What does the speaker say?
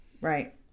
right